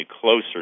closer